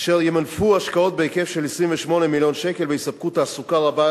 אשר ימנפו השקעות בהיקף של 28 מיליון שקלים ויספקו תעסוקה רבה,